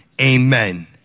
amen